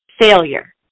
failure